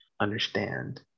understand